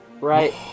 Right